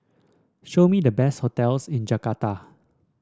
show me the best hotels in Jakarta